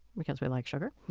because we like sugar,